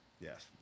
Yes